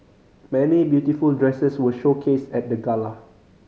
many beautiful dresses were showcased at the gala